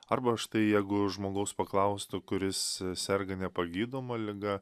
arba štai jeigu žmogaus paklaustų kuris serga nepagydoma liga